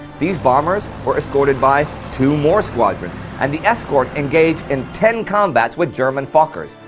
these bombers were escorted by two more squadrons and the escorts engaged in ten combats with german fokkers,